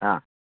ಹಾಂ